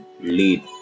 Lead